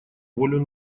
волю